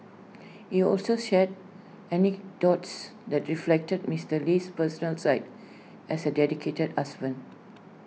he also shared anecdotes that reflected Mister Lee's personal side as A dedicated husband